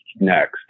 next